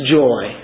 joy